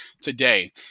today